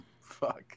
Fuck